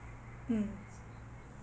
mm